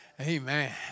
Amen